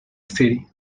city